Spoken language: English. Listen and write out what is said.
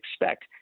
expect